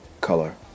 color